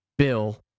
Bill